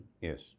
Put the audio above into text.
Yes